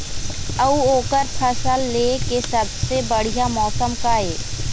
अऊ ओकर फसल लेय के सबसे बढ़िया मौसम का ये?